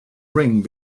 ring